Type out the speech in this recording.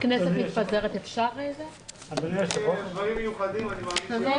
הישיבה ננעלה בשעה 11:40.